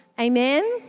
Amen